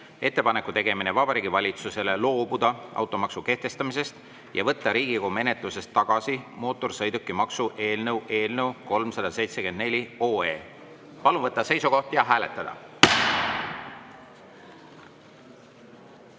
"Ettepaneku tegemine Vabariigi Valitsusele loobuda automaksu kehtestamisest ja võtta Riigikogu menetlusest tagasi mootorsõidukimaksu eelnõu" eelnõu 374. Palun võtta seisukoht ja hääletada!